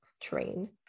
train